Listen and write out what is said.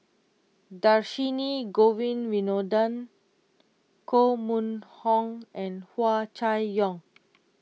Dhershini Govin Winodan Koh Mun Hong and Hua Chai Yong